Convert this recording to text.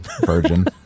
Virgin